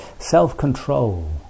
Self-control